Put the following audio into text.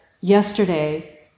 yesterday